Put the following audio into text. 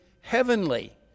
heavenly